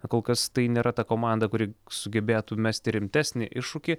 kol kas tai nėra ta komanda kuri sugebėtų mesti rimtesnį iššūkį